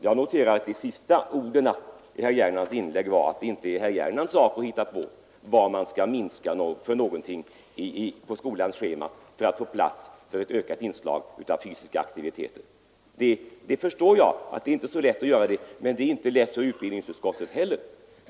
Jag noterade också att de sista orden i herr Gernandts inlägg var att det inte är hans sak att föreslå vilka ämnen på skolschemat man skall minska på för att få plats med ett ökat inslag av fysiska aktiviteter. Nej, jag förstår att det inte är så lätt att göra det, men det är det inte för utbildningsutskottet heller.